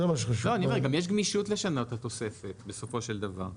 וגם יש גמישות לשנות את התוספת בסופו של דבר.